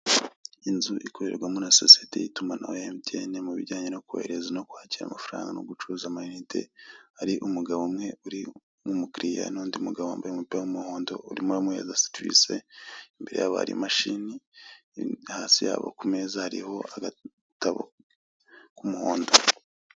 Inzu ikorerwamo na sosete y'itimanaho ya MTN mubijyanye nokohoreza nokwakira amafaranga nogucuruza amainite hari umugabo umwe w'umukiriya n'undi n'umugabo wambaye umupira w'umuhondo urimo uramuhereza serivise imbere yabo hari imashini hasi yabo kumeza hariho agatabo k'umuhondo.